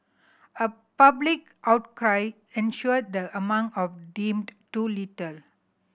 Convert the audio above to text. a public outcry ensued the amount of deemed too little